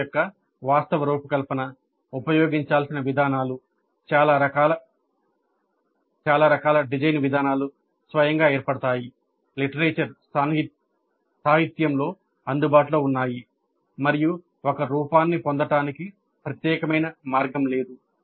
form యొక్క వాస్తవ రూపకల్పన ఉపయోగించాల్సిన విధానాలు చాలా రకాల డిజైన్ విధానాలు స్వయంగా ఏర్పడతాయి సాహిత్యంలో అందుబాటులో ఉన్నాయి మరియు ఒక రూపాన్ని రూపొందించడానికి ప్రత్యేకమైన మార్గం లేదు